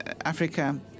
Africa